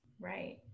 Right